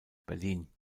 berlin